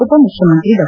ಉಪಮುಖ್ಯಮಂತ್ರಿ ಡಾ